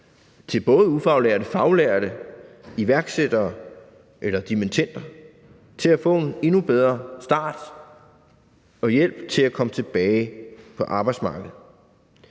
til både ufaglærte, faglærte, iværksættere og dimittender til at få en endnu bedre start og hjælp til at komme tilbage på arbejdsmarkedet.